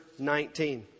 19